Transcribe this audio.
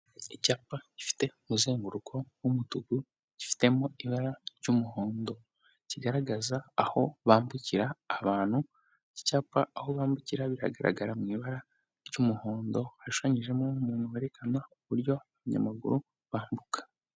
Icyapa gifite umuzenguruko w'umutuku gifitemo ibara ry'umuhondo, kigaragaza aho bambukira abantu, iki icyapa aho bambukira biragaragara mu ibara ry'umuhondo hashushanyijemo n'umuntu werekana uburyo abanyamaguru bambuka.